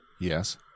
Yes